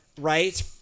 Right